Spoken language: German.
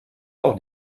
auch